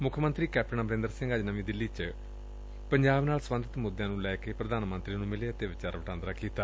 ਮੁੱਖ ਮੰਤਰੀ ਕੈਪਟਨ ਅਮਰਿੰਦਰ ਸਿੰਘ ਅੱਜ ਨਵੀਂ ਦਿੱਲੀ ਚ ਪੰਜਾਬ ਨਾਲ ਸਬੰਧਤ ਕਈ ਮੁੱਦਿਆਂ ਨੂੰ ਲੈ ਕੇ ਪ੍ਰਧਾਨ ਮੰਤਰੀ ਨੁੰ ਮਿਲੇ ਅਤੇ ਵਿਚਾਰ ਵਟਾਂਦਰਾ ਕੀਤਾ